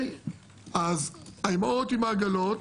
אז האימהות עם העגלות